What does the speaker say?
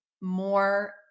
more